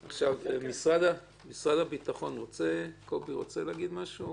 משרד הביטחון רוצה לומר משהו?